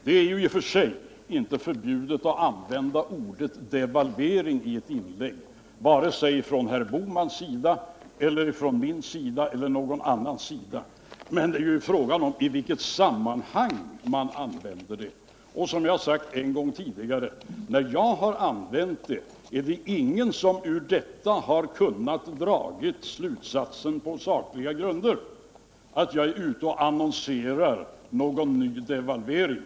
Det är i och för sig inte förbjudet att använda ordet devalvering i ett inlägg, vare sig för herr Bohman, för mig eller för någon annan. Men frågan är i vilket sammanhang man använder detta ord. Som jag har sagt en gång tidigare: när jag har använt det ordet, har ingen därav på sakliga grunder kunnat dra slutsatsen att jag är ute och annonserar någon ny devalvering.